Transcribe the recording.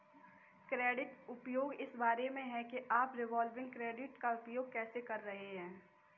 credit उपयोग इस बारे में है कि आप रिवॉल्विंग क्रेडिट का उपयोग कैसे कर रहे हैं